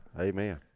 Amen